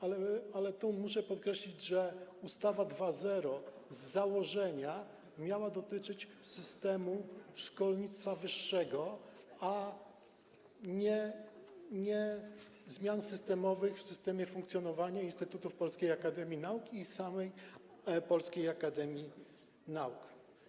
Ale muszę podkreślić, że ustawa 2.0 z założenia miała dotyczyć systemu szkolnictwa wyższego, a nie zmian systemowych w systemie funkcjonowania instytutów Polskiej Akademii Nauk i samej Polskiej Akademii Nauk.